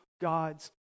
God's